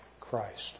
Christ